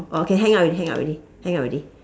okay hang up already hang up already hang up already